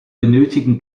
benötigen